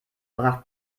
brach